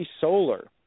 Solar